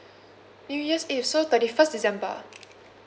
new years eve so thirty first december